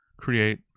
create